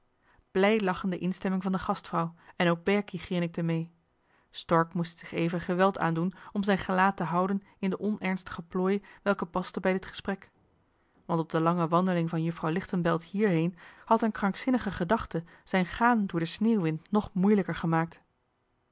blij lachende instemming van de gastvrouw en ook berkie grinnikte mee stork moest zich even geweld aandoen om zijn gelaat te houden in de onernstige plooi welke paste bij dit gesprek want op de lange wandeling van juffrouw lichtenbelt hierheen had een krankzinnige gedachte zijn gaan door den sneeuwwind johan de meester de zonde in het deftige dorp nog moeilijker gemaakt